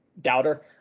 doubter